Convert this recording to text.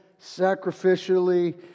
sacrificially